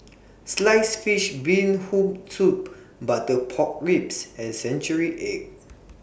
Sliced Fish Bee Hoon Soup Butter Pork Ribs and Century Egg